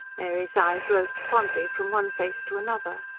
mary's eyes roved fondly from one face to another.